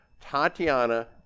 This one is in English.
Tatiana